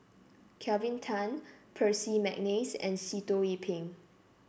Kelvin Tan Percy McNeice and Sitoh Yih Pin